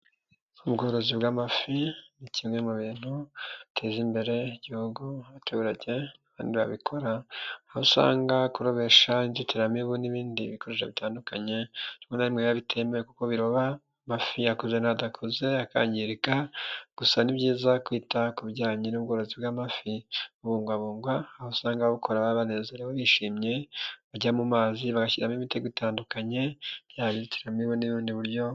Ubworozi bw'amafi ni kimwe mu bintu biteza imbere igihugu abaturage bandi babikora, aho usanga kurobesha inzitiramibu n'ibindi bikoresho bitandukanye rimwe na rimwe biba bitemewe kuko biroba amafi akauze n' adakoze akangirika gusa ni byiza kwita ku bijyanye n'ubworozi bw'amafi bubungabungwa aho usanga ababukora bishimye bajya mu mazi bagashyiramo imitego itandukanye byaba inzitiramibu n'ubundi buryo.